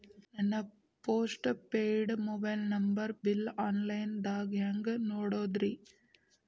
ನನ್ನ postpaid mobile number bill, online ದಾಗ ಹ್ಯಾಂಗ್ ನೋಡೋದ್ರಿ?